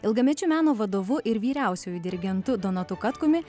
ilgamečiu meno vadovu ir vyriausiuoju dirigentu donatu katkumi